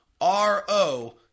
R-O